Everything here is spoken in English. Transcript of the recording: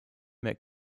met